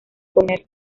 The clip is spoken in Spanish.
comer